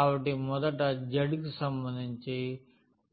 కాబట్టి మొదట zకి సంబంధించి